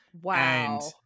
wow